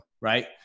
right